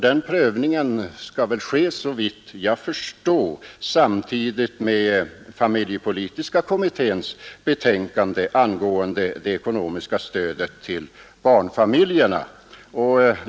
Den skall såvitt jag förstår ske samtidigt med prövningen av familjepolitiska kommitténs betänkande angående det ekonomiska stödet till barnfamiljerna.